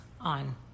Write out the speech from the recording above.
on